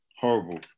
Horrible